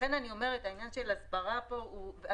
לכן אני אומרת שהעניין של הסברה ואכיפה